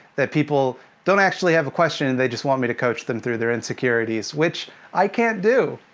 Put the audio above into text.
that people don't actually have a question, and they just want me to coach them through their insecurities, which i can't do.